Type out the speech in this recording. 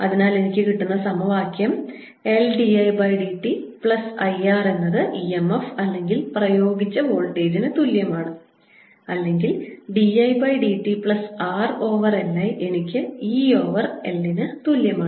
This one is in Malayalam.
അതിനാൽ എനിക്ക് കിട്ടുന്ന സമവാക്യം L d I d t plus I R എന്നത് EMF അല്ലെങ്കിൽ പ്രയോഗിച്ച വോൾട്ടേജിന് തുല്യമാണ് അല്ലെങ്കിൽ d I by d t plus R over L I എനിക്ക് E ഓവർ L ന് തുല്യമാണ്